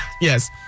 Yes